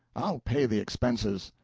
i'll pay the expenses.